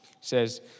says